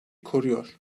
koruyor